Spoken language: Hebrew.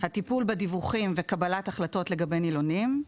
הטיפול בדיווחים וקבלת החלטות לגבי נילונים,